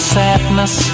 sadness